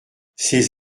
ces